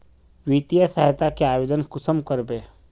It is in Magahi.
वित्तीय सहायता के आवेदन कुंसम करबे?